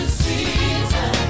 season